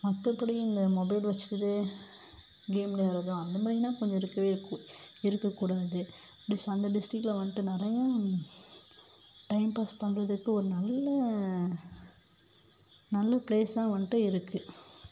மற்றபடி இந்த மொபைல் வச்சுக்கிட்டு கேம் விளையாடுறது அந்த மாதிரினா கொஞ்சம் இருக்கவே இருக்கற கூடாது அந்த டிஸ்ட்ரிக்கில் வந்ட்டு நிறையா டைம் பாஸ் பண்ணுறதுக்கு ஒரு நல்ல நல்ல பிளேஸ்சாக வந்ட்டு இருக்குது